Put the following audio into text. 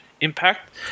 impact